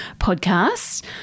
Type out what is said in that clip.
podcast